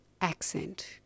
accent